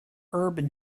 urban